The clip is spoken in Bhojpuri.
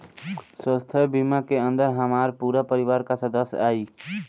स्वास्थ्य बीमा के अंदर हमार पूरा परिवार का सदस्य आई?